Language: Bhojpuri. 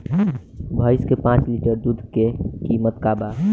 भईस के पांच लीटर दुध के कीमत का बा?